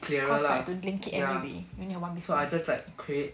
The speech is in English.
cause like have to link it anyway